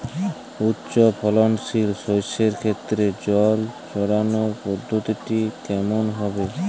উচ্চফলনশীল শস্যের ক্ষেত্রে জল ছেটানোর পদ্ধতিটি কমন হবে?